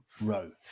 Row